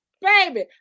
Baby